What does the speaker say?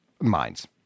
minds